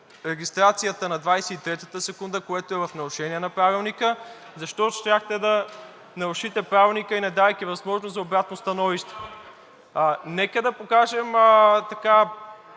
регистрацията на 23-та секунда, което е в нарушение на Правилника? Защо щяхте да нарушите Правилника, не давайки възможност за обратно становище? Нека да покажем още